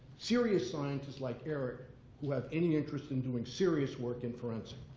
serious scientists, like eric who have any interest in doing serious work in forensics.